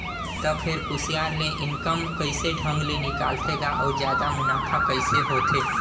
त फेर कुसियार ले इनकम कइसे ढंग ले निकालथे गा अउ जादा मुनाफा कइसे होथे